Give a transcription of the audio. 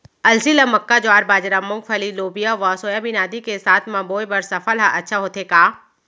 अलसी ल का मक्का, ज्वार, बाजरा, मूंगफली, लोबिया व सोयाबीन आदि के साथ म बोये बर सफल ह अच्छा होथे का?